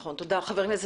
גברתי,